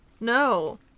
No